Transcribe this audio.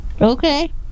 Okay